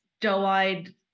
doe-eyed